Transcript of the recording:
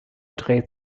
dreht